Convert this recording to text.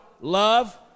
love